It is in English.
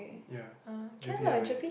ya gerpe L_A